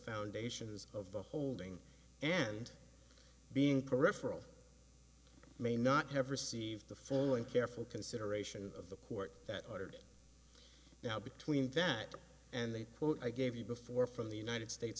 foundations of the holding and being peripheral may not have received the following careful consideration of the court that ordered now between that and they put i gave you before from the united states